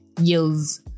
yells